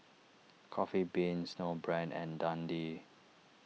Coffee Bean Snowbrand and Dundee